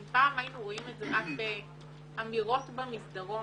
אם פעם היינו רואים את זה רק באמירות במסדרון